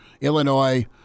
Illinois